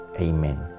Amen